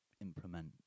implement